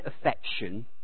affection